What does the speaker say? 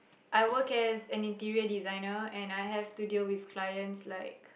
I work as an interior designer and I have to deal with clients like